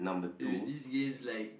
eh this game's like